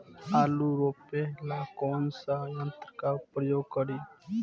आलू रोपे ला कौन सा यंत्र का प्रयोग करी?